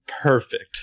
perfect